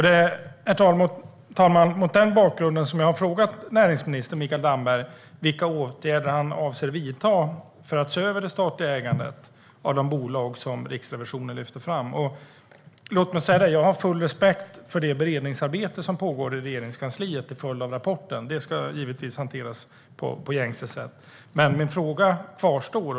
Det är mot denna bakgrund jag har frågat näringsminister Mikael Damberg vilka åtgärder han avser att vidta för att se över det statliga ägandet av de bolag som Riksrevisionen lyfter fram. Jag har full respekt för det beredningsarbete som pågår i Regeringskansliet till följd av rapporten. Det ska givetvis hanteras på gängse sätt. Men min fråga kvarstår.